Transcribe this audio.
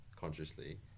consciously